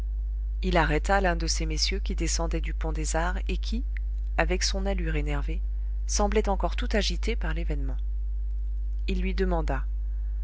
il arrêta l'un de ces messieurs qui descendait du pont des arts et qui avec son allure énervée semblait encore tout agité par l'événement il lui demanda